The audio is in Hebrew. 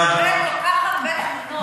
מקבלת כל כך הרבה תלונות.